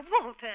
Walter